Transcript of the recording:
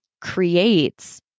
creates